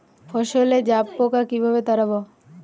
ফসলে জাবপোকা কিভাবে তাড়াব?